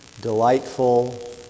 delightful